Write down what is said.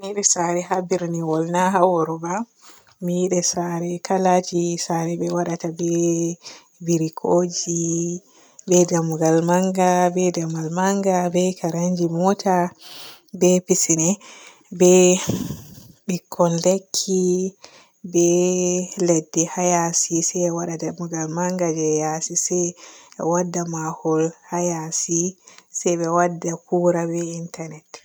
Mi yiɗi saare ha nder birniwol na haa wuro ba. Mi yiɗi saare kalaji saare be waadata be birkoji, be dammugal manga be dammude manga be karanji moota, be pisine, be bikkon dakki, be ladde haa yaasi waada dammugal manga je yaasi se e wadda mahol haa yaasi se be wadda kura be intanet.